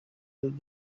that